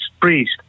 priest